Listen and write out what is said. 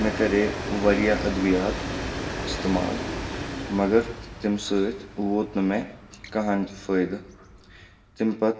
مےٚ کَرے واریاہ ادوِیات استعمال مگر تمہِ سۭتۍ ووت نہٕ مےٚ کہن تہِ فٲیدٕ تمہِ پتہٕ